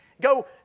go